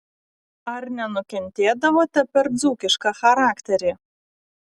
ar nenukentėdavote per dzūkišką charakterį